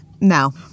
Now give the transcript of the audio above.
No